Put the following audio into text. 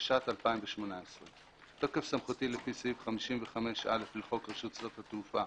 התשע"ט 2018. בתוקף סמכותי לפי סעיף 55(א) לחוק רשות שדות התעופה,